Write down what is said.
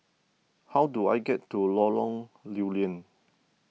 how do I get to Lorong Lew Lian